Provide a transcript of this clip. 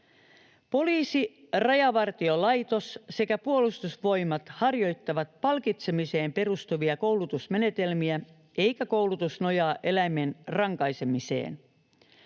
Poliisi, Rajavartiolaitos sekä Puolustusvoimat harjoittavat palkitsemiseen perustuvia koulutusmenetelmiä, eikä koulutus nojaa eläimen rankaisemiseen.